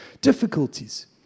difficulties